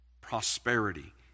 prosperity